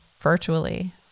virtually